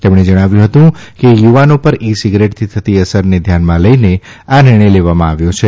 તેમણે જણાવ્યું હતું કે યુવાન પર ઇ સિગારેટની થતી અસરને ધ્યાનમાં લઈને આ નિર્ણય લેવામાં આવ્ય છે